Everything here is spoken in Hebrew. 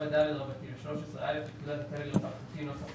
4ד ו-13(א) לפקודת הטלגרף האלחוטי (נוסח חדש),